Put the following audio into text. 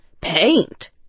Paint